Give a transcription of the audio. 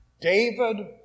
David